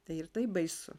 tai ir taip baisu